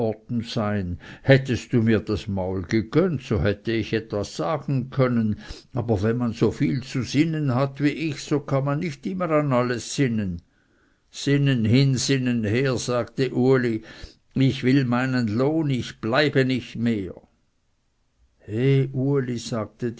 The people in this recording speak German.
hättest du mir das maul gegönnt so hätte ich etwas sagen können aber wenn man so viel zu sinnen hat wie ich so kann man nicht immer an alles sinnen sinnen hin sinnen her sagte uli ich will meinen lohn ich bleibe nicht mehr he uli sagte